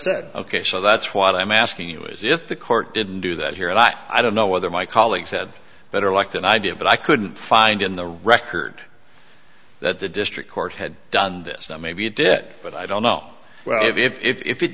said ok so that's what i'm asking you is if the court didn't do that here a lot i don't know whether my colleagues had better luck than i did but i couldn't find in the record that the district court had done this maybe it did but i don't know where if it